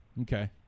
Okay